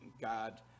God